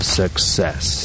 success